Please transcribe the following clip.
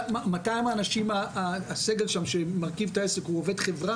הסגל שעובד שם הוא עובד חברה?